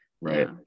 right